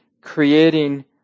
creating